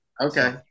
Okay